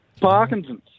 Parkinson's